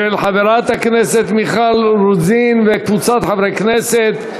של חברת הכנסת מיכל רוזין וקבוצת חברי הכנסת.